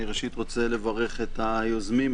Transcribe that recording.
אני רוצה לברך את היוזמים,